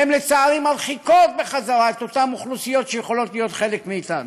הן לצערי מרחיקות בחזרה את אותן אוכלוסיות שיכולות להיות חלק מאתנו.